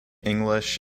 english